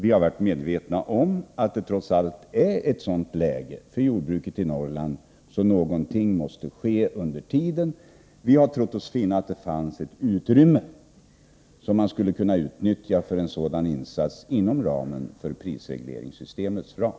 Vi har varit medvetna om att det trots allt är ett sådant läge för jordbruket i Norrland att någonting måste ske under tiden. Vi har trott oss finna att det fanns ett utrymme som man skulle kunna utnyttja för en sådan insats inom prisregleringssystemets ram.